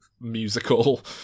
musical